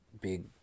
big